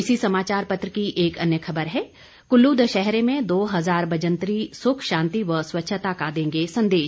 इसी समाचार पत्र की एक अन्य खबर है कुल्लू दशहरे में दो हजार बजंतरी सुख शांति व स्वच्छता का देंगे संदेश